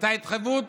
הייתה התחייבות